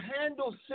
handle